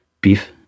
beef